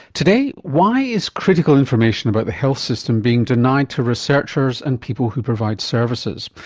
today, why is critical information about the health system being denied to researchers and people who provide services?